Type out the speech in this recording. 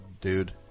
dude